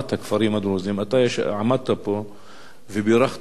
אתה עמדת פה ובירכת באופן נלהב ביותר.